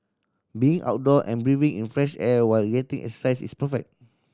being outdoor and breathing in fresh air while getting exercise is perfect